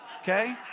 okay